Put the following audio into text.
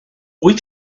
wyt